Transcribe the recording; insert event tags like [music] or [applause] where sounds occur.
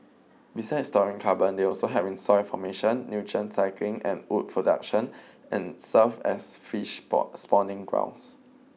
besides storing carbon they also help in soil formation nutrient cycling and wood production and serve as fish [unintelligible] spawning grounds